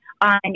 on